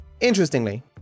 interestingly